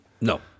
No